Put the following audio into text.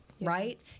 right